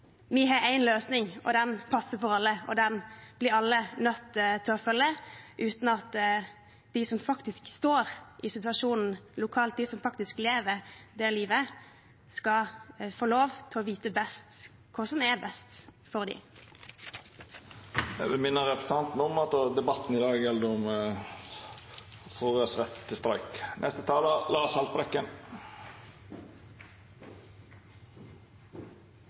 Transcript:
har én løsning, den passer for alle, og den blir alle nødt til å følge, uten at de som står i situasjonen lokalt, de som faktisk lever det livet, skal få lov til å vite best hva som er best for dem. Presidenten vil minna representanten om at debatten i dag gjeld fråværsrett til streik.